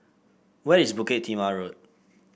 where is Bukit Timah Road